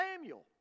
Samuel